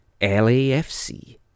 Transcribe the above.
LAFC